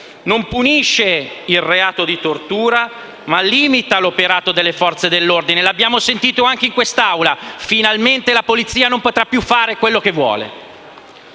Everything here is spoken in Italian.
non punisce il reato di tortura, ma limita l'operato delle Forze dell'ordine. Lo abbiamo sentito anche in quest'Aula: finalmente la polizia non potrà più fare quello che vuole.